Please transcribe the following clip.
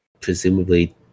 presumably